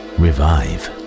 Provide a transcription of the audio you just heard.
revive